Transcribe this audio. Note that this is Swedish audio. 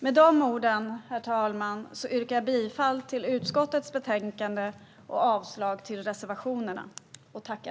Herr talman! Jag yrkar bifall till utskottets förslag i betänkandet och avslag på reservationerna.